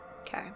Okay